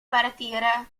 partire